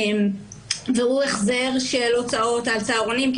והוא החזר של הוצאות על צהרונים,